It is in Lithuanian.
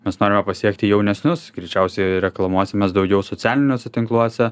mes norime pasiekti jaunesnius greičiausiai reklamuosimės daugiau socialiniuose tinkluose